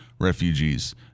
refugees